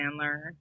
Sandler